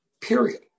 period